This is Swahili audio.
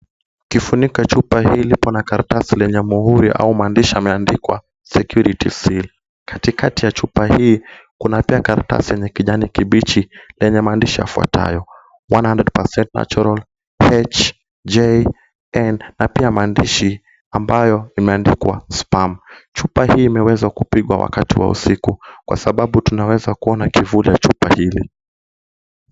Kifuniko chupa hii pana karatasi lenye muhuri au maandishi yanayoandikwa security seal . Kati kati ya chupa hii kuna pia karatasi yenye kijani kibichi yenye maandishi yafuatayo 100% natural HJN na pia maandishi ambayo yameandikwa sperm . Chupa hii imeweza kupigwa wakati wa usiku kwa sababu tunaweza kuona kivuli ya chupa hili.